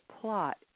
plot